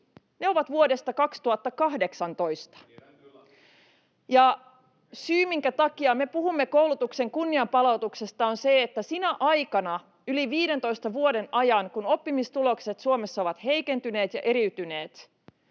Tiedän kyllä!] Ja syy, minkä takia me puhumme koulutuksen kunnianpalautuksesta, on se, että sinä aikana, yli 15 vuoden ajan, kun oppimistulokset Suomessa ovat heikentyneet ja eriytyneet,